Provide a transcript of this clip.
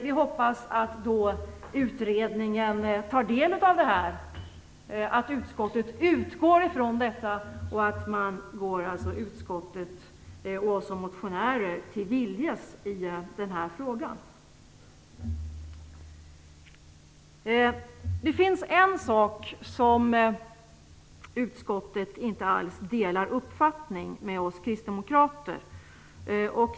Vi hoppas att utredningen tar del av att utskottet utgår från detta, och att man gör utskottet och oss motionärer till viljes i den här frågan. Det finns en fråga i vilken utskottet inte alls delar kristdemokraternas uppfattning.